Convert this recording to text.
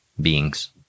beings